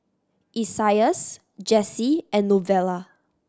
Isaias Jessy and Novella